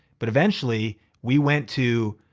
but eventually we went to